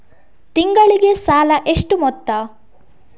ತಿಂಗಳಿಗೆ ಸಾಲ ಎಷ್ಟು ಮೊತ್ತ?